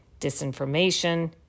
disinformation